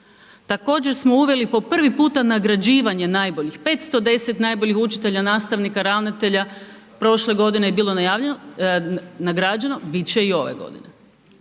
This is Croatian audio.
Također smo uveli po prvi puta nagrađivanje najboljih, 510 najboljih učitelja, nastavnika, ravnatelja prošle godine je bilo nagrađeno, bit će i ove godine.